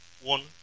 one